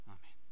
Amen